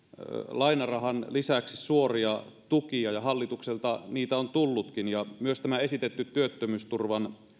lainarahan lisäksi suoria tukia ja hallitukselta niitä on tullutkin myös tämä esitetty työttömyysturvan